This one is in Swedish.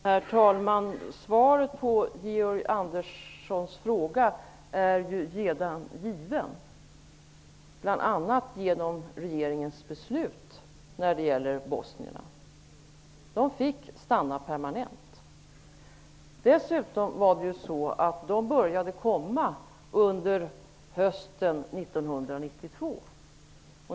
Herr talman! Svaret på Georg Anderssons fråga när det gäller bosnierna är redan givet, bl.a. genom regeringens beslut. De fick stanna permanent. Dessutom började de komma under hösten 1992.